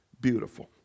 beautiful